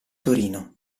torino